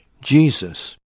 Jesus